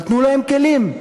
אבל תנו להם כלים.